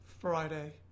Friday